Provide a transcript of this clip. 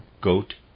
goat